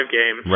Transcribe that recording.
game